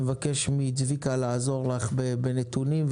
אני מבקש מצביקה לעזור לך בנתונים,